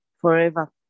forever